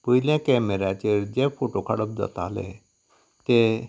पयले केमेराचेर जे फोटो काडप जाताले ते